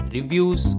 Reviews